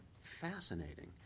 fascinating